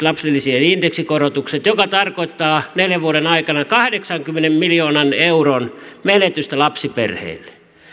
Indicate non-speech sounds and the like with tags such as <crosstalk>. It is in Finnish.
<unintelligible> lapsilisien indeksikorotukset mikä tarkoittaa neljän vuoden aikana kahdeksankymmenen miljoonan euron menetystä lapsiperheille